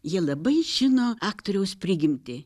jie labai žino aktoriaus prigimtį